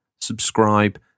subscribe